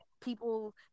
people